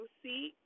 see